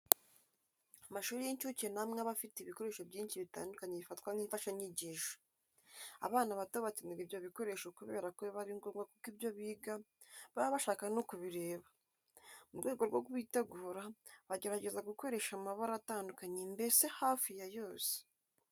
Amashuri y'incuke ni amwe aba afite ibikoresho byinshi bitandukanye bifatwa nk'imfashanyigisho. Abana bato bakenera ibyo bikoresho kubera ko biba ari ngombwa ko ibyo biga baba bashaka no kubireba. Mu rwego rwo kubitegura, bagerageza gukoresha amabara atandukanye mbese hafi ya yose.